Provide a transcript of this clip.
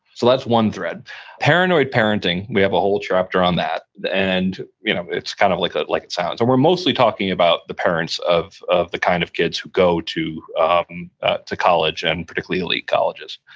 so that's one thread paranoid parenting, we have a whole chapter on that, and you know it's kind of like ah like it sounds. and we're mostly talking about the parents of of the kind of kids who go to um to college and particularly elite colleges,